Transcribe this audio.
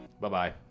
Bye-bye